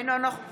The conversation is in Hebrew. אינו נוכח